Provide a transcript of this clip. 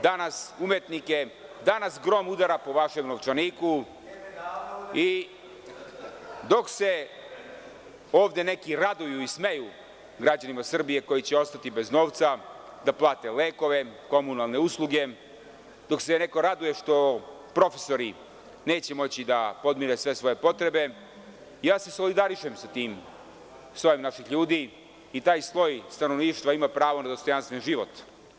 Danas grom udara po vašem novčaniku i dok se ovde neki raduju i smeju građanima Srbije koji će ostati bez novca da plate lekove, komunalne usluge, dok se neko raduje što profesori neće moći da podmire sve svoje potrebe, ja se solidarišem sa tim, sa slojem naših ljudi i taj sloj stanovništva ima pravo na dostojanstven život.